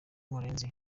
murenzi